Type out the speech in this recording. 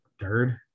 third